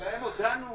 להם הודענו